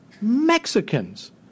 Mexicans